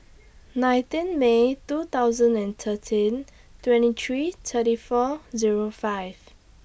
nineteen May two thousand and thirteen twenty three thirty four Zero five